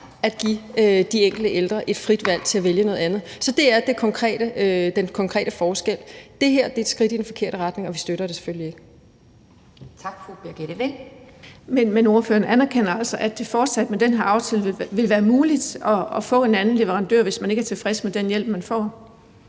at give de enkelte ældre et frit valg til at vælge noget andet. Så det er den konkrete forskel. Det her er et skridt i den forkerte retning, og vi støtter det selvfølgelig ikke. Kl. 11:29 Anden næstformand (Pia Kjærsgaard): Tak. Fru Birgitte Vind. Kl. 11:29 Birgitte Vind (S): Men ordføreren anerkender altså, at det med den her aftale fortsat vil være muligt at få en anden leverandør, hvis man ikke er tilfreds med den hjælp, man får?